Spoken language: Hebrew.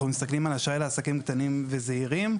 מסתכלים על אשראי לעסקים קטנים וזעירים.